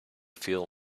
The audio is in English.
feel